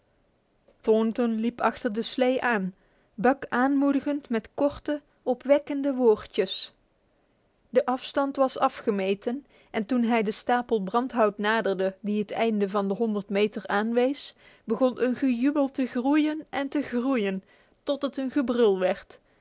thornton liep achter de slee aan buck aanmoedigend met korte opwekkende waardjes de afstand was afgemeten en toen hij de stapel brandhout naderde die het einde van de honderd meter aanwees begon een gejubel te groeien en te groeien tot het een gebrul werd